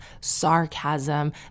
sarcasm